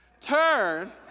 turn